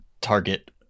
target